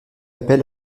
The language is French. appel